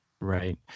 Right